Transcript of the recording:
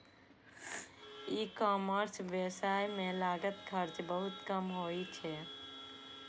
ई commerce व्यवसाय मे लागत खर्च बहुत कम होइ छै